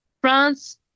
France